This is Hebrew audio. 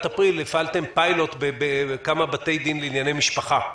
אפריל הפעלתם פיילוט בכמה בתי דין לענייני משפחה.